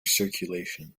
circulation